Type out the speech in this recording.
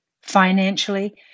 financially